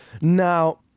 Now